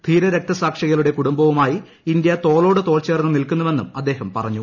ധീരരക്തസാക്ഷികളുടെ കുടുംബവുമാ യി ഇന്ത്യ തോളോട് തോൾ ചേർന്ന് നിൽക്കുന്നുവെന്നും അദ്ദേഹം പറഞ്ഞു